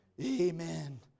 Amen